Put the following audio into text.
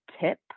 TIP